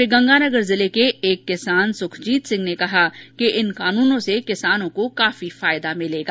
श्रीगंगानगर जिले के एक किसान सुखजीत सिंह ने कहा कि इन कानूनों से किसानों को काफी फायदा मिलेगा